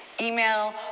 Email